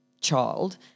child